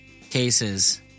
cases